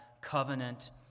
covenant